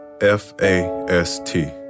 F-A-S-T